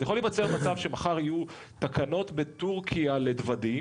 אז יכול להיווצר מצב שמחר יהיו תקנות בטורקיה לדודים